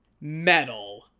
metal